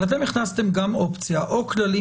אבל אתם הכנסתם גם אופציה שהיא "או כללים